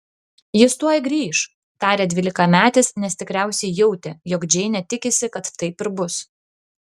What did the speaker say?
jis tuoj grįš tarė dvylikametis nes tikriausiai jautė jog džeinė tikisi kad taip ir bus